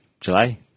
July